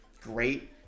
great